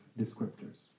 Descriptors